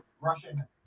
Russian